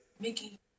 Mickey